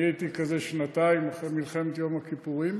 אני הייתי כזה שנתיים, אחרי מלחמת יום הכיפורים,